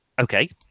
Okay